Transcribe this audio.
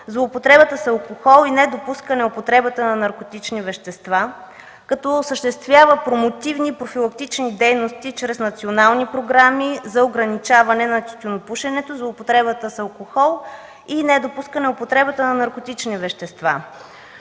злоупотребата с алкохол и недопускане употребата на наркотични вещества, като осъществява промотивни профилактични дейности чрез национални програми за ограничаване на тютюнопушенето, злоупотребата с алкохол и недопускане употребата на наркотични вещества.